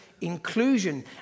inclusion